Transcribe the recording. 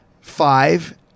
five